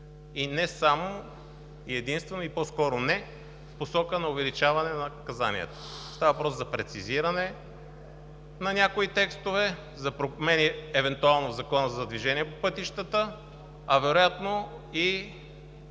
не само и единствено – по-скоро не, в посока на увеличаване на наказанието. Става въпрос за прецизиране на някои текстове, за промени евентуално в Закона за движението по пътищата, а вероятно,